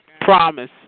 Promise